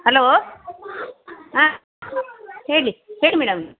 hello ಹಾಂ ಹೇಳಿ ಹೇಳಿ ಮೇಡಮ್